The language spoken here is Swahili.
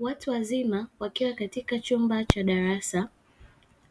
Watu wazima wakiwa katika chumba cha darasa